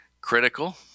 critical